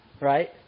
Right